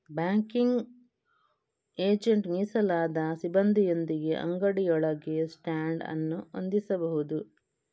banking agent ಮೀಸಲಾದ ಸಿಬ್ಬಂದಿಯೊಂದಿಗೆ ಅಂಗಡಿಯೊಳಗೆ ಸ್ಟ್ಯಾಂಡ್ ಅನ್ನು ಹೊಂದಿಸಬಹುದು